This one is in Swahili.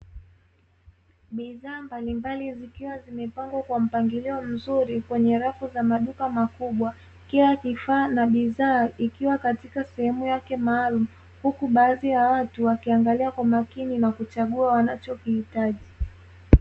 Bidhaa mbalimbali zikiwa zimepangwa katika mpangilio mzuri, kwenye rafu za maduka makubwa kila kifaa na bidhaa ikiwa katika sehemu yake maalumu, huku baadhi ya watu wakiangalia kwa makini na kuchagua wanachokihitaji.